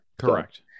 Correct